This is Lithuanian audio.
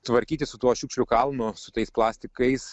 tvarkytis su tuo šiukšlių kalnu su tais plastikais